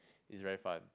is very fun